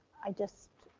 i just,